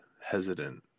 hesitant